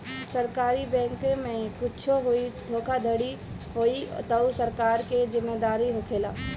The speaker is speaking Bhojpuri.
सरकारी बैंके में कुच्छो होई धोखाधड़ी होई तअ सरकार के जिम्मेदारी होखेला